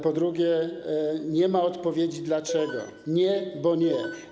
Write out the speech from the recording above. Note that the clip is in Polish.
Po drugie, nie ma odpowiedzi dlaczego - nie, bo nie.